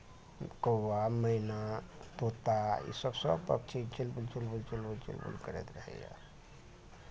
कौआ मैना तोता इसभ सभ पक्षी चुलबुल चुलबुल चुलबुल चुलबुल करैत रहैए